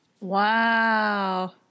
Wow